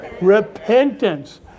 Repentance